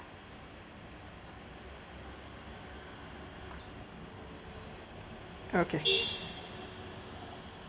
okay